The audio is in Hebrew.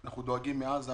אנחנו דואגים למה שקורה בעזה.